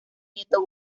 nieto